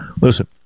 Listen